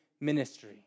ministry